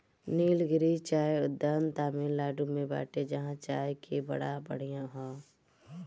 निलगिरी चाय उद्यान तमिनाडु में बाटे जहां के चाय बड़ा बढ़िया हअ